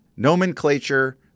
Nomenclature